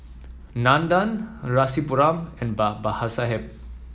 Nandan Rasipuram and Babasaheb